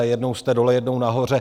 Jednou jste dole, jednou nahoře.